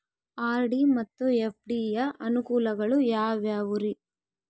RD ಮತ್ತು FD ಯ ಅನುಕೂಲಗಳು ಯಾವ್ಯಾವುರಿ?